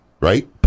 right